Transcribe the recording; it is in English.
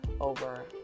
over